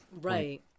right